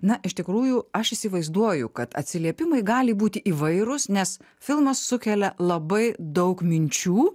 na iš tikrųjų aš įsivaizduoju kad atsiliepimai gali būti įvairūs nes filmas sukelia labai daug minčių